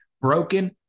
broken